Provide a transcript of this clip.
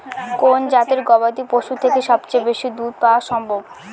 কোন জাতের গবাদী পশু থেকে সবচেয়ে বেশি দুধ পাওয়া সম্ভব?